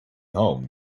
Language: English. home